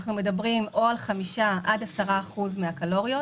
אנחנו מדברים על 5% 10% מהקלוריות,